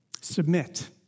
submit